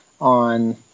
on